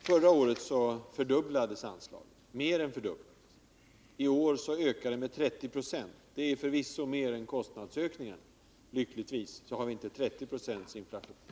Herr talman! Förra året mer än fördubblades anslaget. I år ökar det med 30 20. Det är förvisso mer än kostnadsökningarna. Lyckligtvis har vi inte 30 90 inflation.